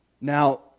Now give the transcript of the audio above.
Now